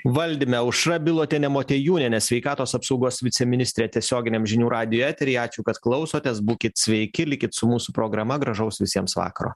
valdyme aušra bilotienė motiejūnienė sveikatos apsaugos viceministrė tiesioginiam žinių radijo eteryje ačiū kad klausotės būkit sveiki likit su mūsų programa gražaus visiems vakaro